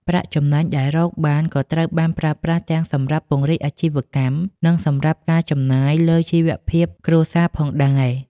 ប្រាក់ចំណេញដែលរកបានក៏ត្រូវបានប្រើប្រាស់ទាំងសម្រាប់ពង្រីកអាជីវកម្ម និងសម្រាប់ការចំណាយលើជីវភាពគ្រួសារផងដែរ។